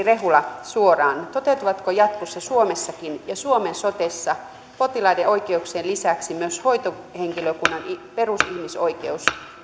rehula suoraan toteutuvatko jatkossa suomessakin ja suomen sotessa potilaiden oikeuksien lisäksi myös hoitohenkilökunnan perusihmisoikeus